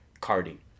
Cardi